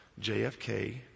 JFK